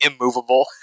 immovable